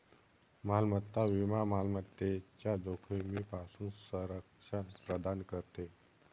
मालमत्ता विमा मालमत्तेच्या जोखमीपासून संरक्षण प्रदान करते